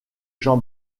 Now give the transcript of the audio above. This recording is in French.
jean